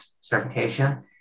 Certification